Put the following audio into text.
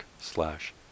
slash